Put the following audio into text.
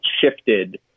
shifted